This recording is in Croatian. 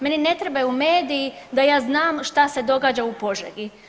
Meni ne trebaju mediji da ja znam šta se događa u Požegi.